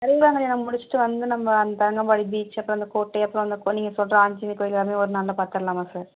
அறுபதாங் கல்யாணம் முடிச்சிட்டு வந்து நம்ம அந்த தரங்கம்பாடி பீச் அப்புறம் அந்த கோட்டை அப்புறம் அந்த கோ நீங்கள் சொல்கிற ஆஞ்சநேயர் கோயில் எல்லாமே ஒரு நாளில் பார்த்துரலாமா சார்